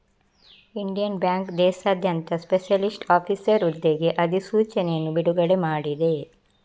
Indian bank ದೇಶಾದ್ಯಂತ specialist officer ಹುದ್ದೆಗೆ ಅಧಿಸೂಚನೆಯನ್ನು ಬಿಡುಗಡೆ ಮಾಡಿದೆ